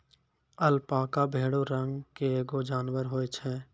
alpaca भेड़ो रंग के एगो जानबर होय छै